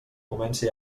comença